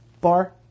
bar